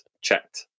checked